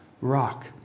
rock